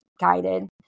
guided